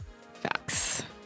Facts